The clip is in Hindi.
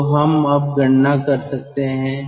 तो हम अब गणना कर सकते हैं